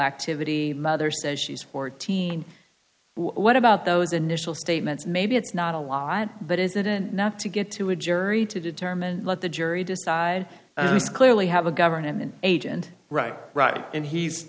activity mother says she's fourteen what about those initial statements maybe it's not a lot but is it enough to get to a jury to determine let the jury decide clearly have a government agent right right and he's